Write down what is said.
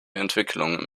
entwicklungen